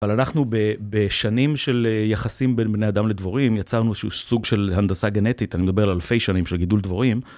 אבל אנחנו בשנים של יחסים בין בני אדם לדבורים, יצרנו איזשהו סוג של הנדסה גנטית, אני מדבר על אלפי שנים של גידול דבורים.